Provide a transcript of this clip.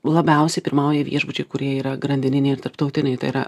labiausiai pirmauja viešbučiai kurie yra grandininiai ir tarptautiniai tai yra